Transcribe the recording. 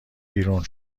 بیرون